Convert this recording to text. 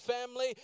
family